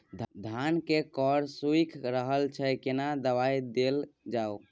धान के कॉर सुइख रहल छैय केना दवाई देल जाऊ?